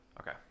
okay